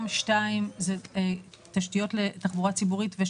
ולכן גם הצלחנו לקבל תוספת של כוח אדם